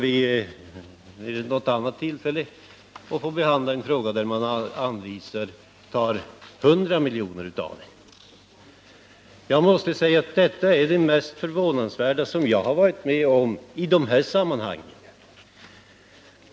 Vid ett senare tillfälle kommer vi att få behandla ett förslag att man skall anvisa 100 milj.kr. av dessa medel till annat ändamål. Detta är det mest förvånansvärda jag har varit med om i detta sammanhang.